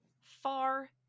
far